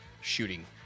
shooting